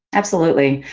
absolutely!